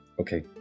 Okay